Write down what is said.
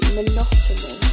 monotony